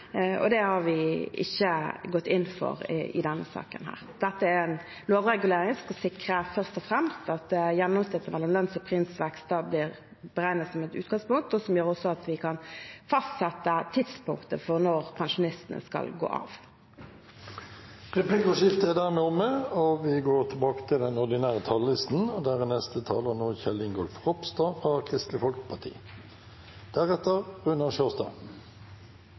og det har vi ikke gått inn for i denne saken. Dette er en lovregulering som først og fremst skal sikre at gjennomsnittet av lønns- og prisvekst blir beregnet som et utgangspunkt som gjør at vi kan fastsette tidspunktet for når pensjonistene skal gå av. Replikkordskiftet er omme. Jeg ønsker å ta ordet til